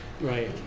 Right